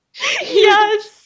Yes